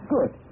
Good